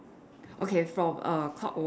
okay from a clockwise